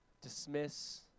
dismiss